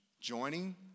joining